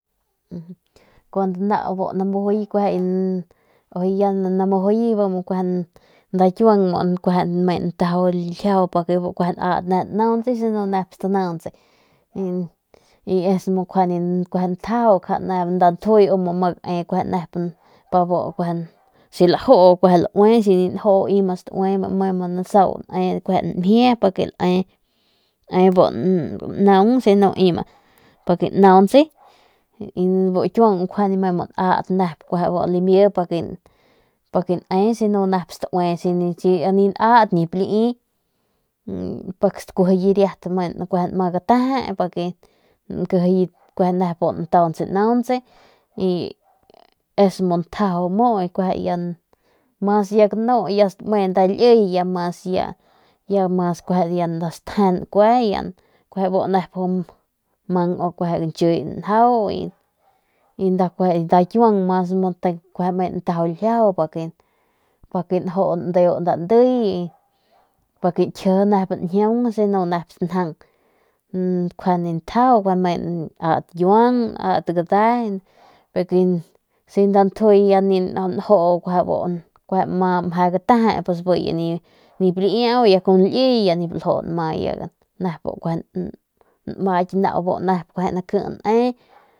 Kun nau bu namujuye kueje nda bu kiuang lame nataju ljiaju pa ma gat nep nauntse si no nep stanauntse y es mu ntjajau nda ntjuy u mu ne mu nep si laju nep laui y si nip laju iba staui lame mu nasau ne nmjie que lae bu lnan pa que nantse y bu ikiuan me ma gat ljiaju bu limie pa que lae si ni nat nip limi pik stkuejiyi lme ma gateje be lankejese nep nane y es mu ntjeju mas ya dnu bu lme nda ndey kue ya nda stjen kuejeman mu guinchii njau y nda ikiuan lme mas natju ljiaju pa que ljuu nden biu ndey y gkieje nep njiaun kjuende ma ntjaju nat ikiuan kante si nda ntjui nip ljuu mje gateje con bi liey ya ni nju nma nau nmaip nau bi nek.